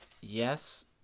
yes